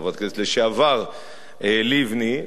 חברת הכנסת לשעבר לבני,